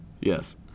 Yes